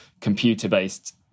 computer-based